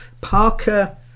parker